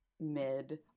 mid